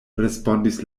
respondis